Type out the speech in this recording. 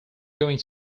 going